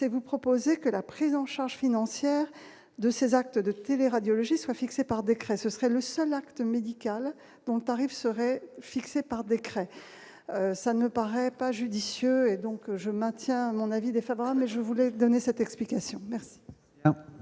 c'est vous proposer que la prise en charge financière de ces actes de télé radiologie soit fixée par décret, ce serait le seul acte médical dont le tarif serait fixé par décret, ça ne paraît pas judicieux et donc je maintiens mon avis défavorable, je voulais donner cette explication merci.